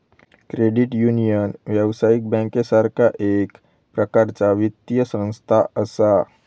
credit union, व्यावसायिक बँकेसारखा एक प्रकारचा वित्तीय संस्था असा